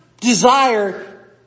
desire